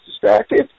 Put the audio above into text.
distracted